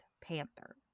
panther